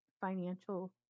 financial